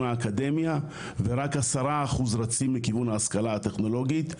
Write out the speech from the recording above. האקדמיה ורק 10% רצים לכיוון ההשכלה הטכנולוגית,